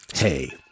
Hey